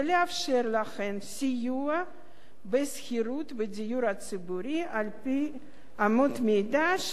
להן סיוע בשכירות בדיור הציבורי על-פי אמות מידה של משרד